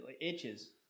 itches